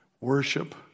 Worship